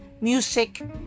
music